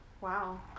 wow